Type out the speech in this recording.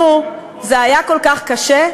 נו, זה היה כל כך קשה?